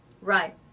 Right